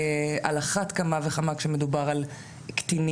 על אחת כמה וכמה כשמדובר על קטינים.